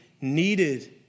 needed